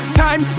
time